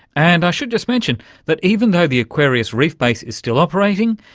and i should just mention that even though the aquarius reef base is still operating,